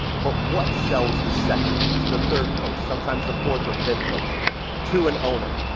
but what sells the second coach? the third coach, sometimes the fourth or fifth coach to an owner?